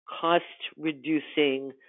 cost-reducing